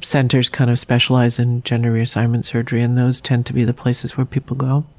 centers kind of specialize in gender reassignment surgery, and those tend to be the places where people go.